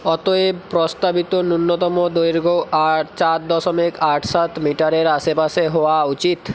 অতএব প্রস্তাবিত ন্যূনতম দৈর্ঘ্য আর চার দশমিক আট সাত মিটারের আশেপাশে হওয়া উচিত